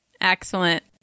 Excellent